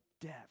death